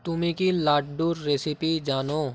তুমি কি লাড্ডুর রেসিপি জানো